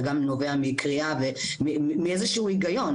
וגם נובע מקריאה ומאיזה שהוא היגיון,